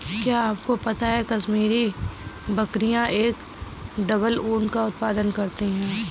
क्या आपको पता है कश्मीरी बकरियां एक डबल ऊन का उत्पादन करती हैं?